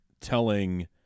telling